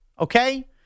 okay